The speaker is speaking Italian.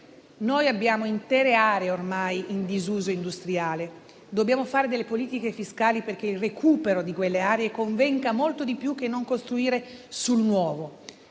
Noi abbiamo intere aree ormai in disuso industriale. Dobbiamo fare delle politiche fiscali perché il recupero di quelle aree convenga molto di più che non costruire sul nuovo.